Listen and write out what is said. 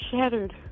shattered